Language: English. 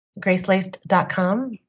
gracelaced.com